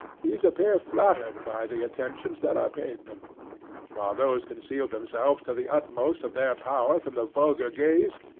these appear flattered by the attentions that are paid them while those conceal themselves to the utmost of their power from the vulgar gaze,